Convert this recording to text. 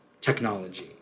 technology